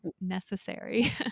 necessary